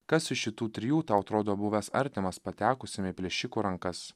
kas iš šitų trijų tau atrodo buvęs artimas patekusiam į plėšikų rankas